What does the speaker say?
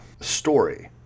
Story